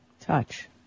Touch